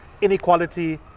Inequality